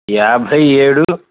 యాభై ఏడు